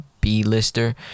b-lister